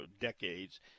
decades